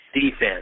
defense